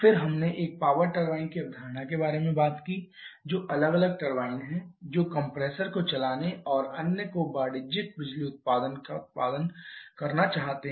फिर हमने एक पावर टरबाइन की अवधारणा के बारे में बात की जो दो अलग अलग टरबाइन है जो कंप्रेसर को चलाने और अन्य को वाणिज्यिक बिजली उत्पादन का उत्पादन करना चाहते हैं